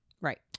Right